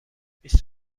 بیست